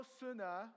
sooner